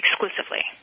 exclusively